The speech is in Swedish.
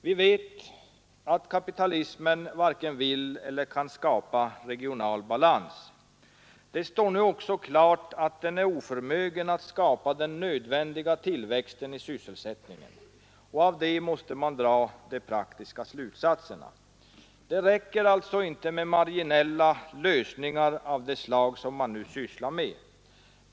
Vi vet att kapitalismen varken vill eller kan skapa regional balans. Det står nu också klart att den är oförmögen att skapa den nödvändiga tillväxten i sysselsättningen. Av det måste man dra de praktiska slutsatserna. Det räcker inte med marginella lösningar av det slag som man nu sysslar med.